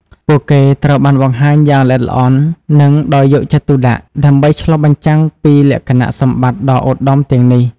ពួកគេត្រូវបានបង្ហាញយ៉ាងល្អិតល្អន់ និងដោយយកចិត្តទុកដាក់ ដើម្បីឆ្លុះបញ្ចាំងពីលក្ខណៈសម្បត្តិដ៏ឧត្តមទាំងនេះ។